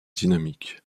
dynamiques